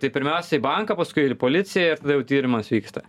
tai pirmiausia į banką paskui ir į policiją tyrimas vyksta